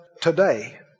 today